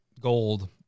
gold